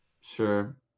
Sure